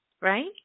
right